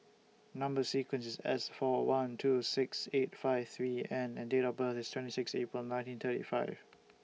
Number sequence IS S four one two six eight five three N and Date of birth IS twenty six April nineteen thirty five